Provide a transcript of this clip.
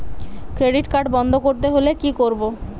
Credit card বন্ধ করতে হলে কি করব?